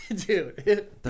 Dude